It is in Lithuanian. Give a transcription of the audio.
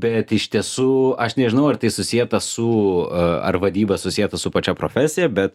bet iš tiesų aš nežinau ar tai susieta su ar vadyba susieta su pačia profesija bet